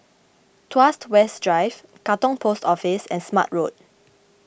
Tuas West Drive Katong Post Office and Smart Road